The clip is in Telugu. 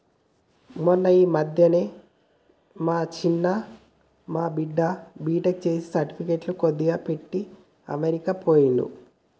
మొన్న ఈ మధ్యనే మా చిన్న మా బిడ్డ బీటెక్ చేసి సర్టిఫికెట్లు కొద్దిగా పెట్టి అమెరికా పోయిండు